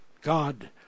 God